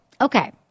okay